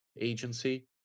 agency